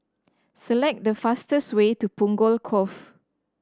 select the fastest way to Punggol Cove